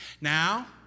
Now